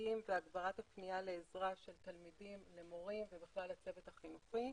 לתלמידים והגברת הפנייה לעזרה של תלמידים למורים ובכלל לצוות החינוכי,